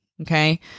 Okay